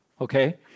okay